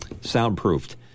soundproofed